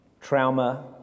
trauma